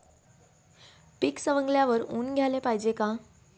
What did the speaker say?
पीक सवंगल्यावर ऊन द्याले पायजे का?